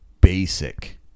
basic